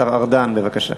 השר ארדן, בבקשה.